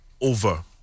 over